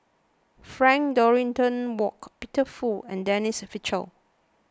Frank Dorrington Ward Peter Fu and Denise Fletcher